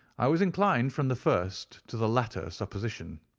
i was inclined from the first to the latter supposition.